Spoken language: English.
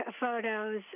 photos